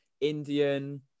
Indian